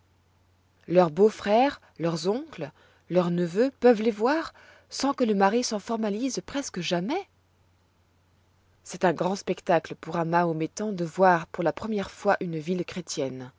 leurs beaux-frères leurs oncles leurs neveux peuvent les voir sans que le mari s'en formalise presque jamais c'est un grand spectacle pour un mahométan de voir pour la première fois une ville chrétienne